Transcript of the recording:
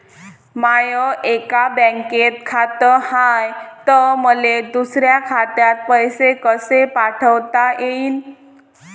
माय एका बँकेत खात हाय, त मले दुसऱ्या खात्यात पैसे कसे पाठवता येईन?